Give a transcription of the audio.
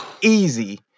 easy